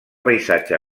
paisatge